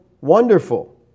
Wonderful